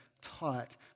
taught